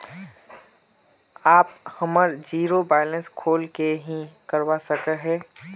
आप हमार zero balance खोल ले की करवा सके है?